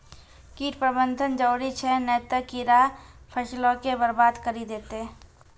कीट प्रबंधन जरुरी छै नै त कीड़ा फसलो के बरबाद करि देतै